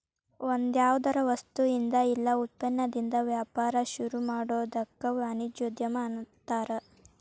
ಒಂದ್ಯಾವ್ದರ ವಸ್ತುಇಂದಾ ಇಲ್ಲಾ ಉತ್ಪನ್ನದಿಂದಾ ವ್ಯಾಪಾರ ಶುರುಮಾಡೊದಕ್ಕ ವಾಣಿಜ್ಯೊದ್ಯಮ ಅನ್ತಾರ